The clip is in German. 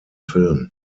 film